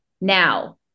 now